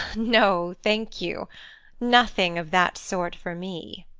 no, thank you nothing of that sort for me.